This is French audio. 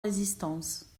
résistance